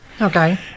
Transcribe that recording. Okay